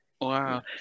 Wow